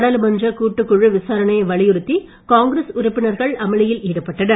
நாடாளுமன்றக் கூட்டுக் குழு விசாரணையை வலியுறுத்தி காங்கிரஸ் உறுப்பினர்கள் அமளியில் ஈடுபட்டனர்